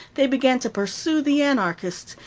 they began to pursue the anarchists,